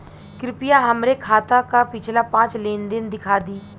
कृपया हमरे खाता क पिछला पांच लेन देन दिखा दी